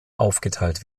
aufgeteilt